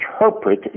interpret